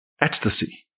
ecstasy